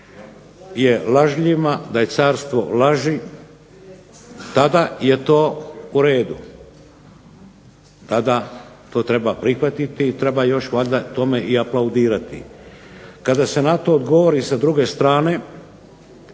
je lažljivima, da je carstvo laži tada je to u redu, tada to treba prihvatiti i treba valjda tome aplaudirati. Kada se na to odgovori s druge strane,